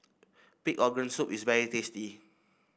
Pig's Organ Soup is very tasty